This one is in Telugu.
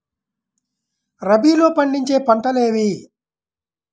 రబీలో పండించే పంటలు ఏవి?